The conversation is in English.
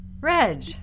Reg